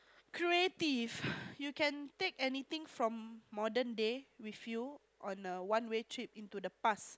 creative you can take anything from modern day with you on a one way trip into the past